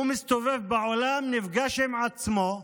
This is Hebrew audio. הוא מסתובב בעולם, נפגש עם עצמו,